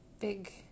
big